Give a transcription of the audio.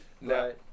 No